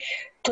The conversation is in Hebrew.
בשיבא.